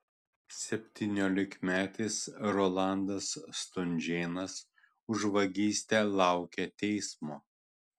septyniolikmetis rolandas stunžėnas už vagystę laukia teismo